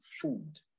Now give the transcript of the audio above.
food